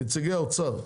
נציגי האוצר.